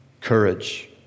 courage